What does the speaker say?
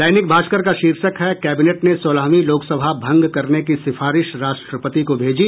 दैनिक भास्कर का शीर्षक है कैबिनेट ने सोलहवीं लोकसभा भंग करने की सिफारिश राष्ट्रपति को भेजी